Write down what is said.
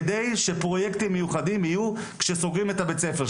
כדי שפרויקטים מיוחדים יהיו כשסוגרים את הבית ספר,